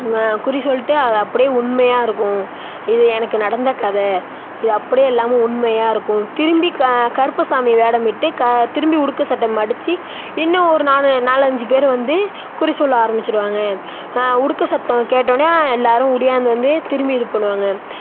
அங்கே குறி சொல்லிட்டு அது அப்படியே உண்மையாகருக்கும் இது எனக்கு நடந்த கதை இது அப்படியே எல்லாமும் உண்மையாகருக்கும் திரும்பி க கருப்புசாமி வேடமிட்டு க திரும்பி உடுக்கை சத்தம் அடிச்சு இன்னும் ஒரு நாலு நாலஞ்சு பேர் வந்து குறி சொல்ல ஆரம்பிச்சிருவாங்க உடுக்கை சத்தம் கேட்டோனே எல்லாரும் ஓடியாந்து வந்து திரும்பி இது பண்ணுவாங்க